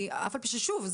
אף על פי ששוב,